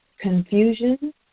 confusion